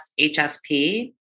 HSP